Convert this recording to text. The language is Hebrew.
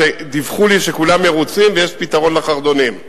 דיווחו לי שכולם מרוצים ויש פתרון לחרדונים,